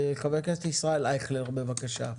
חבר הכנסת ישראל אייכלר, בבקשה.